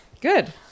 good